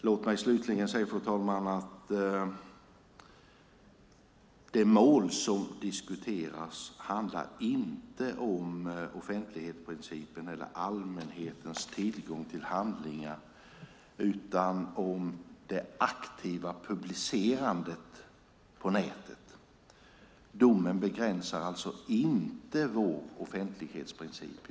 Låt mig slutligen säga att det mål som diskuteras inte handlar om offentlighetsprincipen eller allmänhetens tillgång till handlingar utan om det aktiva publicerandet på nätet. Domen begränsar alltså inte vår offentlighetsprincip.